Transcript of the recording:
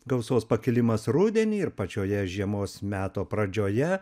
gausos pakilimas rudenį ir pačioje žiemos meto pradžioje